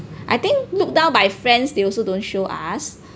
I think look down by friends they also don't show us